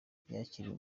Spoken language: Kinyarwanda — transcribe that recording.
yakiriwe